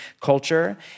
culture